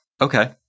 Okay